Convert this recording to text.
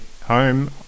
home